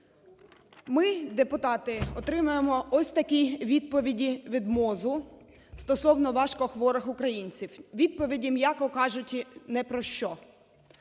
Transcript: Ми, депутати, отримуємо ось такі відповіді від МОЗу стосовно важкохворих українців. Відповіді, м'яко кажучи, ні про що.